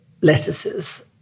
lettuces